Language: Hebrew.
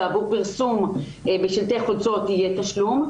ועבור בשלטי חוצות יהיה תשלום,